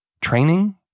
training